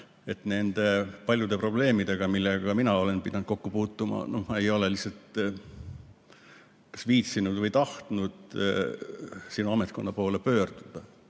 et nende paljude probleemidega, millega mina olen pidanud kokku puutuma, ei ole lihtsalt viitsinud või tahtnud sinu ametkonna poole pöörduda.